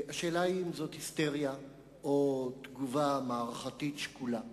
השאלה היא אם זאת היסטריה או תגובה מערכתית שקולה.